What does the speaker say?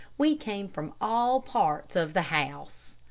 we came from all parts of the house.